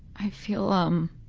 i feel, um,